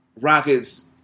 Rockets